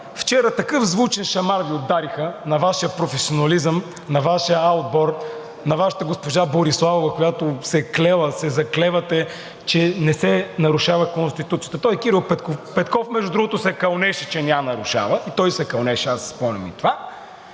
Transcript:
Вчера такъв звучен шамар удариха на Вашия професионализъм, на Вашия „А“ отбор, на Вашата госпожа Бориславова, която се е клела, се заклевате, че не се нарушава Конституцията. Той и Кирил Петков, между другото, се кълнеше, че не я нарушава – и той се кълнеше, аз си спомням това,